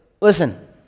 Listen